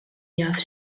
jaf